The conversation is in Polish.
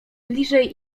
bliżej